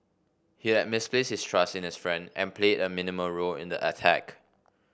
he had misplaced his trust in his friend and played a minimal role in the attack